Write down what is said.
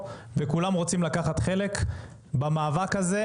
וכולם רוצים לקחת חלק במאבק הזה.